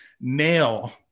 nail